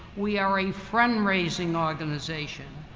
we are a friend-raising organization.